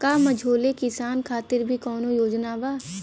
का मझोले किसान खातिर भी कौनो योजना बा?